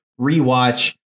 Rewatch